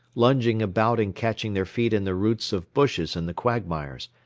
lunging about and catching their feet in the roots of bushes in the quagmires,